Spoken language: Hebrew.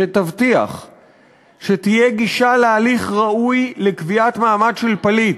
שתבטיח שתהיה גישה להליך ראוי לקביעת מעמד של פליט,